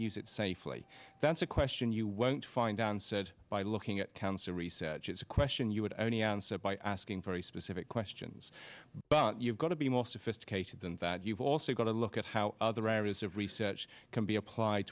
use it safely that's a question you won't find out and said by looking at cancer research it's a question you would only answer by asking very specific questions but you've got to be more sophisticated than that you've also got to look at how other areas of research can be applied